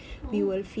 oh